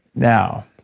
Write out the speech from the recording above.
now,